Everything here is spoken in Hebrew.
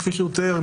כפי שהוא תיאר,